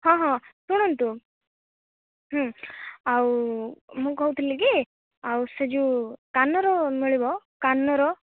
ହଁ ହଁ ଶୁଣନ୍ତୁ ଆଉ ମୁଁ କହୁଥିଲି କି ଆଉ ସେ ଯେଉଁ କାନର ମିଳିବ କାନର